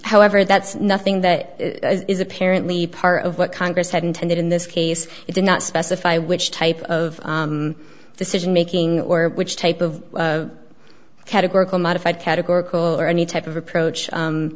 however that's nothing that is apparently part of what congress had intended in this case it did not specify which type of decision making or which type of categorical modified categorical or any type of approach